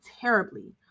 terribly